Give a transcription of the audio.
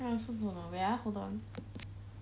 I also don't know wait ah hold on